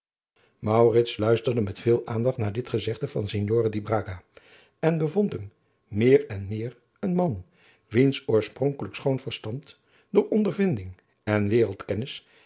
luisterde met veel aandacht naar dit gezegde van signore di braga en bevond hem meer en meer een man wiens oorspronkelijk schoon verstand door ondervinding en